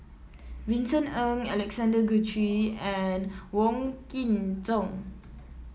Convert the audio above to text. Vincent Ng Alexander Guthrie and Wong Kin Jong